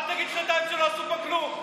אל תגיד ששנתיים לא עשו פה כלום.